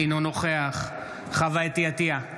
אינו נוכח חוה אתי עטייה,